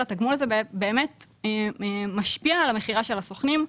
התגמול הזה באמת משפיע על מכירת הסוכנים.